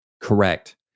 Correct